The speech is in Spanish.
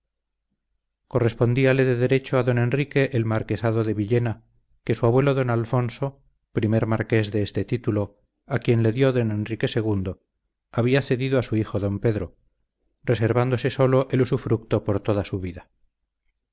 correspondíale de derecho a don enrique el marquesado de villena que su abuelo don alfonso primer marqués de este título a quien le dio don enrique ii había cedido a su hijo don pedro reservándose sólo el usufructo por toda su vida